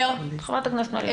חברת הכנסת מלינובסקי.